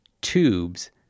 tubes